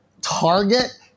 Target